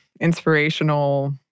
inspirational